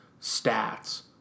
stats